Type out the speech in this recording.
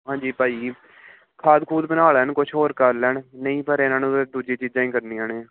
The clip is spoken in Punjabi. ਹਾਂਜੀ ਭਾਅ ਜੀ ਖਾਦ ਖੂਦ ਬਣਾ ਲੈਣ ਕੁਛ ਹੋਰ ਕਰ ਲੈਣ ਨਹੀਂ ਪਰ ਇਹਨਾਂ ਨੂੰ ਤਾਂ ਦੂਜੀ ਚੀਜ਼ਾਂ ਹੀ ਕਰਨੀਆਂ ਨੇ